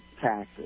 taxes